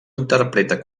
interpreta